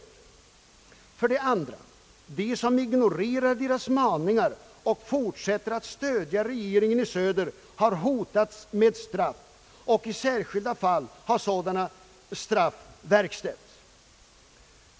2. De, som ignorerar deras maningar och fortsätter att stödja regeringen i söder har hotats med straff och i särskilda fall har sådana straff verkställts genom avrättning. 3.